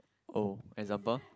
oh example